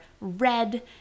red